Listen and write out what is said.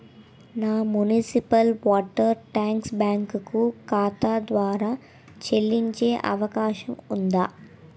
నా municipal water tax bank ఖాతా ద్వారా చెల్లించే అవకాశం ఉందా?